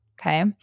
Okay